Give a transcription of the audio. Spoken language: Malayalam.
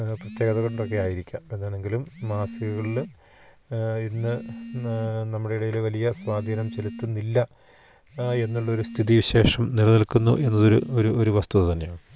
പ്രത്യേകത കൊണ്ടൊക്കെ ആയിരിക്കാം അതാണെങ്കിലും മാസികളിൽ ഇന്ന് നമ്മുടെ ഇടയിൽ വലിയ സ്വാധീനം ചെലത്തുന്നില്ല എന്നുള്ള ഒരു സ്ഥിതിവിശേഷം നിലനിൽക്കുന്നു എന്നതൊരു ഒരു ഒരു വസ്തുത തന്നെയാണ്